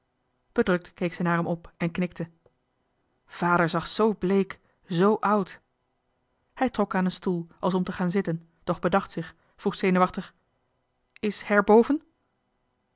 bedrukt keek zij naar hem op en knikte vader zag zoo bleek zoo oud hij trok aan een stoel als om te gaan zitten doch bedacht zich vroeg zenuwachtig is